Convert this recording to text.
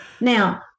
Now